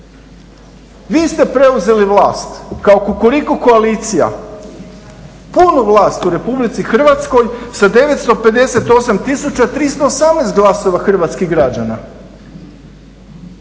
Vi ste preuzeli vlast kao Kukuriku koaliciju, punu vlast u Republici Hrvatskoj sa 958 318 glasova Hrvatskih građana.